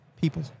people